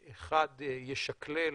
אחד, ישקלל,